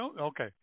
Okay